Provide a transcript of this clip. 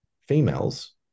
females